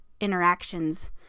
interactions